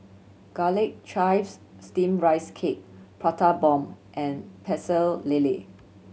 Garlic Chives Steamed Rice Cake Prata Bomb and Pecel Lele